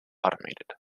automated